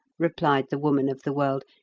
replied the woman of the world.